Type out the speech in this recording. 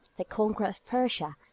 the conqueror of persia,